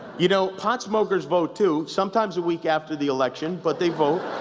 you know, pot smokers vote too. sometimes, a week after the election. but they vote.